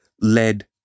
led